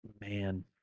Man